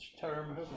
term